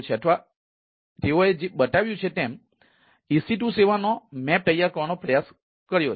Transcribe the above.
અથવા તેઓએ બતાવ્યું છે તેમ તેઓએ EC2 સેવાનો નકશો તૈયાર કરવાનો પ્રયાસ કર્યો છે